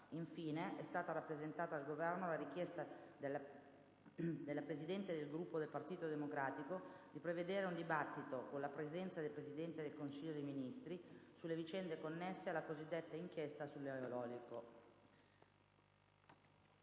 Infine, è stata rappresentata al Governo la richiesta della Presidente del Gruppo del Partito Democratico di prevedere un dibattito, con la presenza del Presidente del Consiglio dei ministri, sulle vicende connesse alla cosiddetta inchiesta sull'eolico.